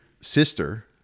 sister